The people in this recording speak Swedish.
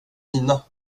mina